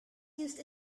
used